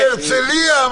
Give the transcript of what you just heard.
אמרתי הרצליה.